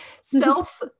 Self